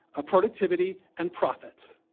ah productivity, and profits.